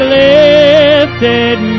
lifted